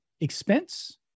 expense